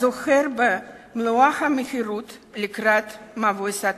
הדוהר במלוא המהירות לקראת מבוי סתום.